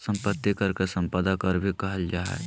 संपत्ति कर के सम्पदा कर भी कहल जा हइ